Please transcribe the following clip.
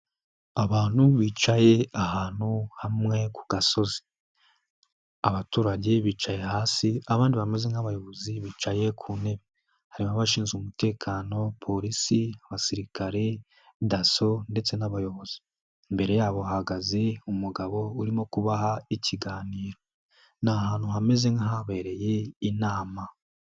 Abantu bicaye ahantu hamwe ku gasozi, abaturage bicaye hasi abandi bameze nk'abayobozi bicaye ku ntebe, harimo abashinzwe umutekano polisi, abasirikare, daso ndetse n'abayobozi, imbere yabo hahagaze umugabo urimo kubaha ikiganiro, ni ahantutu hameze nk'ahabereye inama.